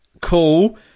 Cool